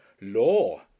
law